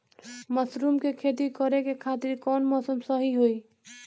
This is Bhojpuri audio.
मशरूम के खेती करेके खातिर कवन मौसम सही होई?